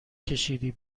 کشیدی